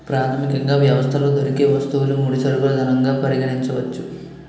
ప్రాథమికంగా వ్యవస్థలో దొరికే వస్తువులు ముడి సరుకులు ధనంగా పరిగణించవచ్చు